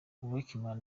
beckham